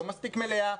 לא מספיק מלאה,